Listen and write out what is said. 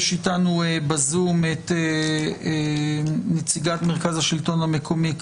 יש איתנו בזום את נציגת מרכז השלטון המקומי,